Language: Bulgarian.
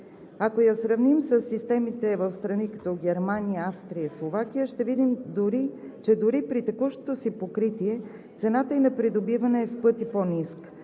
Ако я сравним със системите в страните, като Германия, Австрия и Словакия, ще видим, че дори при текущото си покритие цената ѝ на придобиване е в пъти по-ниска